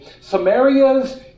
Samaria's